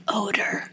odor